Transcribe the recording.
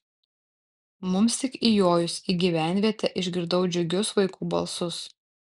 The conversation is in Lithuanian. mums tik įjojus į gyvenvietę išgirdau džiugius vaikų balsus